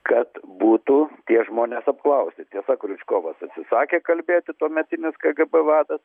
kad būtų tie žmonės apklausti tiesa kriučkovas atsisakė kalbėti tuometinis kgb vadas